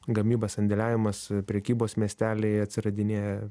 gamyba sandėliavimas prekybos miesteliai atsiradinėja